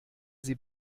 sie